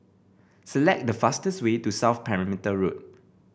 select the fastest way to South Perimeter Road